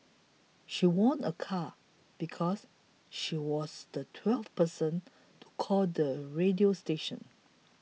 she won a car because she was the twelfth person to call the radio station